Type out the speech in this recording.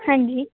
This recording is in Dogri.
हां जी